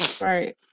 Right